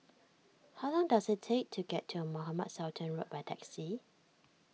how long does it take to get to Mohamed Sultan Road by taxi